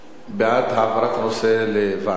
בעד העברת הנושא לוועדה,